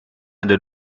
ada